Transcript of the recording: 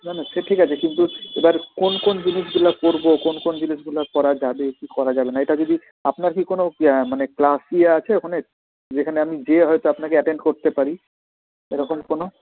না না সে ঠিক আছে কিন্তু এবার কোন কোন জিনিসগুলা করবো কোন কোন জিনিসগুলা করা যাবে কী করা যাবে না এটা যদি আপনার কি কোনোও মানে ক্লাস ইয়ে আছে ওখানে যেখানে আমি যেয়ে হয়তো আপনাকে অ্যাটেন্ড করতে পারি এরকম কোনোও